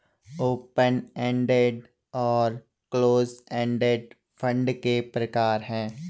open ended और close ended fund के प्रकार हैं